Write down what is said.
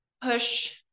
push